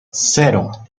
cero